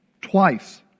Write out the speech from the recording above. twice